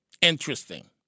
Interesting